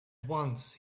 once